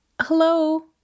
Hello